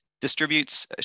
distributes